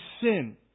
sin